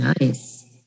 nice